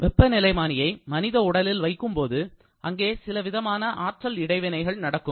வெப்பநிலைமானியை மனித உடலில் வைக்கும்போது அங்கே சிலவிதமான ஆற்றல் இடைவினைகள் நடக்கும்